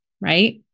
right